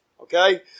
okay